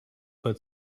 but